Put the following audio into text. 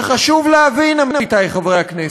וחשוב להבין, עמיתי חברי הכנסת,